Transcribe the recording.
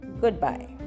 Goodbye